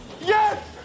Yes